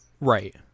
right